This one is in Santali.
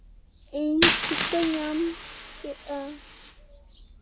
ᱤᱧ ᱴᱷᱤᱠᱟᱹ ᱧᱟᱢ ᱠᱮᱫᱼᱟ